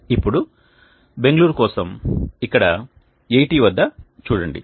ఇప్పుడు బెంగుళూరు కోసం ఇక్కడ 80 వద్ద చూడండి